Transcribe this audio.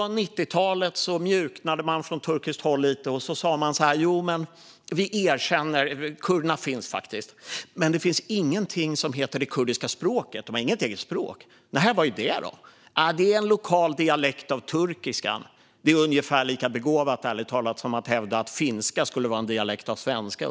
Sedan mjuknade man på 90-talet från turkiskt håll lite och sa: Vi erkänner att kurderna faktiskt finns, men det finns ingenting som heter det kurdiska språket - de har inget eget språk. Men vad är det då? undrade folk, och man svarade: Det är en lokal dialekt av turkiskan. Det är ärligt talat ungefär lika begåvat som att hävda att finska skulle vara en dialekt av svenska.